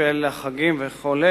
בשל החגים וכו',